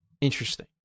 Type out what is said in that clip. Interesting